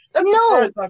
No